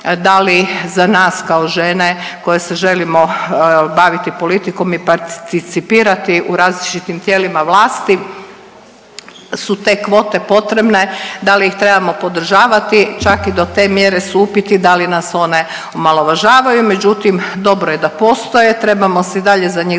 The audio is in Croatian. da li za nas kao žene koje se želimo baviti politikom i participirati u različitim tijelima vlasti su tu kvote potrebne, da li ih trebamo podržavati. Čak i do te mjere su upiti da li nas one omalovažavaju. Međutim, dobro je da postoje, trebamo se i dalje za njih